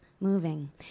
moving